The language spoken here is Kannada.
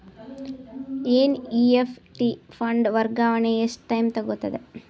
ಎನ್.ಇ.ಎಫ್.ಟಿ ಫಂಡ್ ವರ್ಗಾವಣೆ ಎಷ್ಟ ಟೈಮ್ ತೋಗೊತದ?